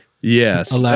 Yes